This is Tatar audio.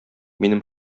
минем